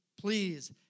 please